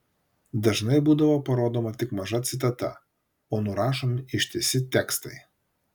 dažnai būdavo parodoma tik maža citata o nurašomi ištisi tekstai